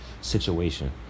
situation